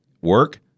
work